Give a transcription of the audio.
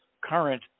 current